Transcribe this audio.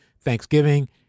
Thanksgiving